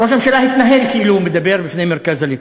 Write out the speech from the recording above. ראש הממשלה התנהל כאילו הוא מדבר בפני מרכז הליכוד.